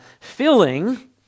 filling